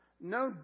no